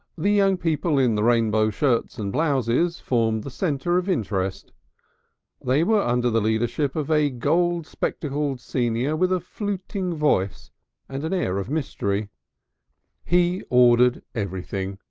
the young people in the rainbow shirts and blouses formed the centre of interest they were under the leadership of a gold-spectacled senior with a fluting voice and an air of mystery he ordered everything,